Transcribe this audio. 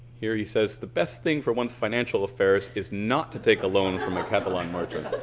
here he says the best thing for one's financial affairs is not to take a loan from a catalan merchant.